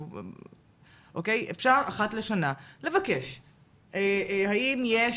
אפשר אחת לשנה לבקש, האם יש